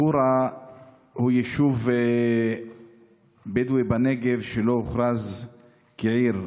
חורה הוא יישוב בדואי בנגב שלא הוכרז כעיר.